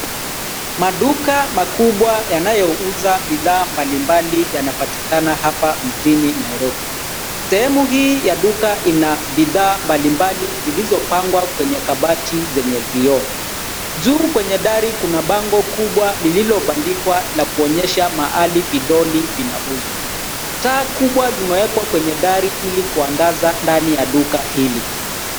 Maduka makubwa yanayouza bidhaa mbalimbali yanapatikana hapa mjini Nairobi. Sehemu hii ya duka ina bidhaa mbalimbali zilizopangwa kwenye kabati zenye vioo. Juu kwenye dari kuna bango kubwa lililobandikwa la kuonyesha mahali dolls vinauzwa. Taa kubwa zimewekwa kwenye dari ili kuangaza ndani ya duka hili.